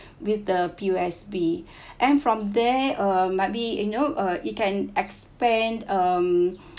with the P_O_S_B and from there uh might be you know uh it can expand um